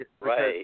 Right